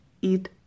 eat